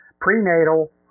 prenatal